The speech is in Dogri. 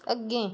अग्गें